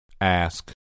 Ask